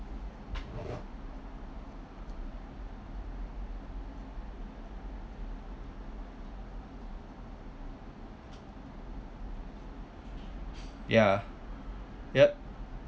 ya yup